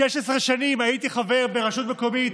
16 שנים הייתי חבר בראשות מקומית,